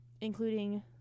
including